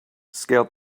scaled